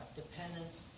dependence